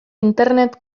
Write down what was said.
internet